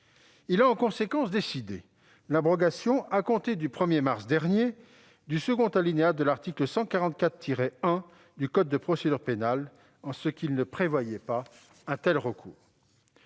Il a en conséquence décidé l'abrogation, à compter du 1 mars dernier, du second alinéa de l'article 144-1 du code de procédure pénale en ce qu'il ne prévoyait pas un tel recours.